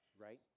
right